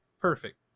Perfect